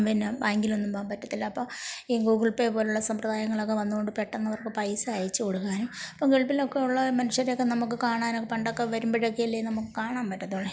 പിന്നെ ബാങ്കിലൊന്നും പോകാൻ പറ്റത്തില്ല അപ്പോൾ ഈ ഗൂഗിൾ പേ പോലുള്ള സമ്പ്രതായങ്ങളൊക്കെ വന്നതുകൊണ്ട് പെട്ടെന്നവർക്ക് പൈസ അയച്ച് കൊടുക്കാൻ ഇപ്പോൾ ഗൾഫിലൊക്കെ ഉള്ള മനുഷ്യരെയൊക്കെ നമുക്ക് കാണാനും പണ്ടൊക്കെ വരുമ്പോഴൊക്കെയല്ലെ നമുക്ക് കാണാൻ പറ്റത്തുള്ളു